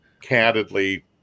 candidly